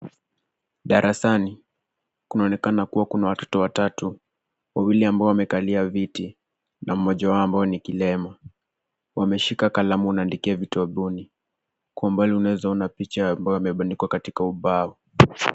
Darasani kunaonekana kuwa kuna watoto watatu, wawili ambao wamekalia viti na mmoja wao ambao ni kilema. Wameshika kalamu wanaandikia vitabuni kwa umbali unawezaona picha ambayo imebandikwa katika ubao.